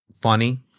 funny